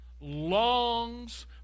longs